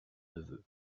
neveu